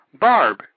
Barb